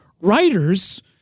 writers